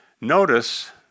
Notice